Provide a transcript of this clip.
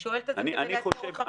אני שואלת את זה כדי לאתגר אותך בתשובה.